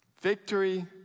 Victory